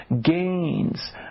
gains